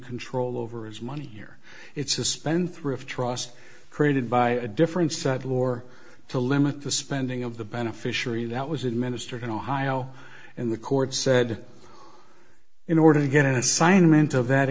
control over his money here it's a spendthrift trust created by a difference that or to limit the spending of the beneficiary that was administered in ohio and the court said in order to get an assignment of